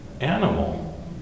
animal